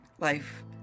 life